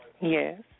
Yes